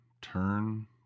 turn